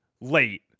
late